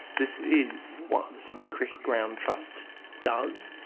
this is what the sydney cricket ground trust does.